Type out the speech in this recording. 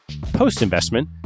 Post-investment